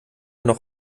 noch